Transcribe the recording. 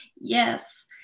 Yes